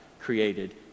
created